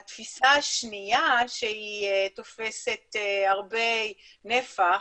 התפיסה השנייה שתופסת הרבה נפח